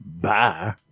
Bye